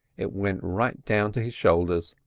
it went right down to his shoulders.